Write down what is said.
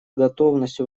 готовностью